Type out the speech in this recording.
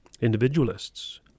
Individualists